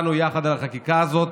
הצבענו יחד על החקיקה הזאת,